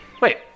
Wait